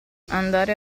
andare